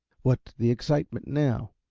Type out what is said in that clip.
what's the excitement now?